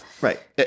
Right